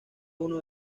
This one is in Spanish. uno